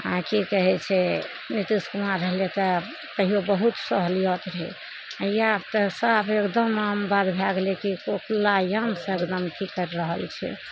आ की कहै छै नीतीश कुमार रहलै तऽ कहियो बहुत सहूलियत रहै आब तऽ साफ एकदम आम बात भऽ गेलै कि खुला आम सऽ एकदम की करि रहल छै